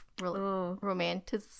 romantic